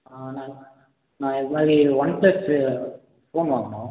ஆ நான் நான் இதுமாதிரி எனக்கு ஒன் ப்ளஸ்ஸு ஃபோன் வாங்கணும்